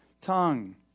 tongue